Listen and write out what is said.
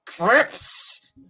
Crips